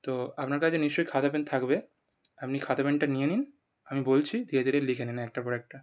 তো আপনার কাছে নিশ্চই খাতা পেন থাকবে আপনি খাতা পেনটা নিয়ে নিন আমি বলছি ধীরে ধীরে লিখে নিন একটার পর একটা